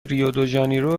ریودوژانیرو